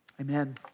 amen